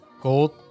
Gold